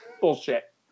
bullshit